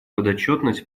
подотчетность